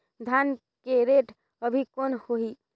धान के रेट अभी कौन होही?